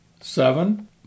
Seven